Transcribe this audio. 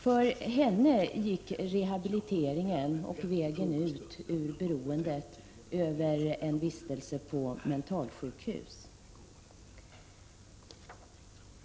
För henne gick rehabiliteringen och vägen ut ur beroendet över en vistelse på ett mentalsjukhus.